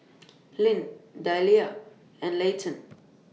Lyn Delila and Layton